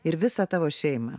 ir visą tavo šeimą